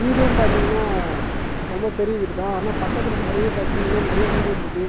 வீடும் பார்த்திங்கன்னா ரொம்ப பெரிய வீடு தான் ஆனால் பக்கத்தில் பார்த்திங்கன்னா நிறைய வீடு இருக்குது